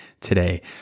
today